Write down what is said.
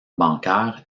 bancaires